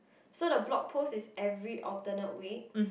so the blog posts is every alternate week